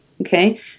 Okay